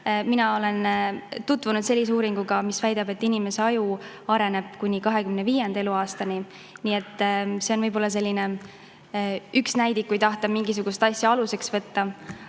Mina olen tutvunud sellise uuringuga, mis väidab, et inimese aju areneb kuni 25. eluaastani. Nii et see on üks selline näidik, kui tahta mingisugust asja aluseks võtta.